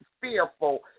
fearful